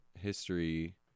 history